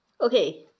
Okay